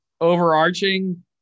overarching